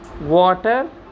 water